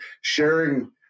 sharing –